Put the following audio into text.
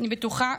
אני בטוחה.